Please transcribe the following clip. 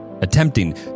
attempting